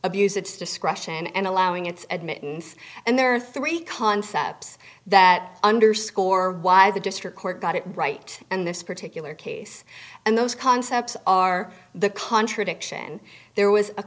abuse its discretion and allowing its admittance and there are three concepts that underscore why the district court got it right and this particular case and those concepts are the contradiction there was a